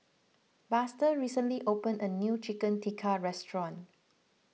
Buster recently opened a new Chicken Tikka restaurant